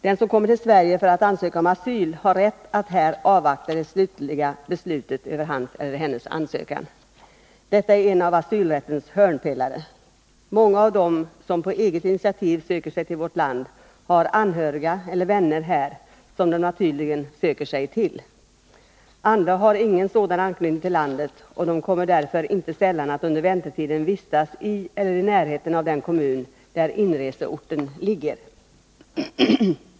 Den som kommer till Sverige för att ansöka om asyl har rätt att här avvakta det slutliga beslutet över hans eller hennes ansökan. Detta är en av asylrättens hörnpelare. Många av dem som på eget initiativ söker sig till vårt land har anhöriga eller vänner här, som de naturligen söker sig till. Andra har ingen sådan anknytning till landet, och de kommer därför inte sällan att under väntetiden vistas i eller i närheten av den kommun där inreseorten ligger.